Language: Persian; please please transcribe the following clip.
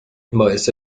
باعث